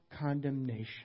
condemnation